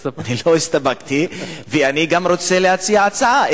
אני לא הסתפקתי, ואני גם רוצה להציע הצעה.